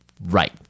Right